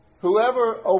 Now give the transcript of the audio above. Whoever